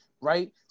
right